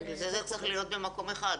לכן זה צריך להיות במקום אחד.